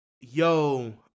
yo